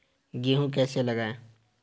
गेहूँ कैसे लगाएँ?